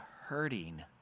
hurting